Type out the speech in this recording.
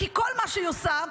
כי כל מה שהיא עושה,